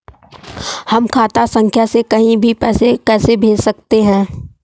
हम खाता संख्या से कहीं भी पैसे कैसे भेज सकते हैं?